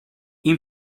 این